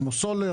כמו סולר,